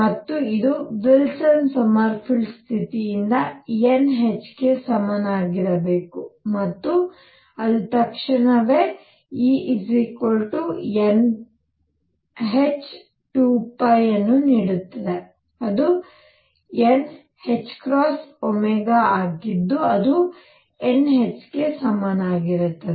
ಮತ್ತು ಇದು Wilson Sommerfeld ಸ್ಥಿತಿಯಿಂದ n h ಗೆ ಸಮನಾಗಿರಬೇಕು ಮತ್ತು ಅದು ತಕ್ಷಣವೇ Enh2π ಅನ್ನು ನೀಡುತ್ತದೆ ಅದು nℏω ಆಗಿದ್ದು ಅದು n h ಗೆ ಸಮನಾಗಿರುತ್ತದೆ